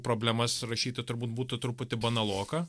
problemas rašyti turbūt būtų truputį banaloka